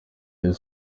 rayon